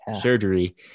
surgery